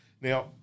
Now